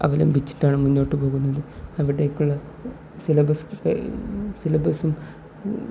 അവലംബിച്ചിട്ടാണ് മുന്നോട്ട് പോകുന്നത് അവിടേക്കുള്ള സിലബസ് സിലബസും